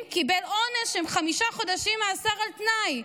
וקיבל עונש של חמישה חודשים מאסר על תנאי.